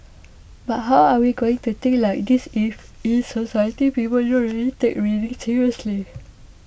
but how are we going to think like this if in society people don't really take reading seriously